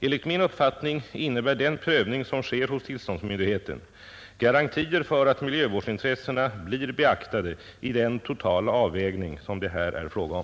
Enligt min uppfattning innebär den prövning som sker hos tillståndsmyndigheten garantier för att miljövårdsintressena blir beaktade i den totala avvägning som det här är fråga om.